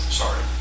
sorry